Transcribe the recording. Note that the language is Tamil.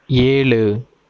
ஏழு